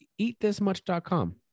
Eatthismuch.com